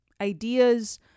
Ideas